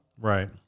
Right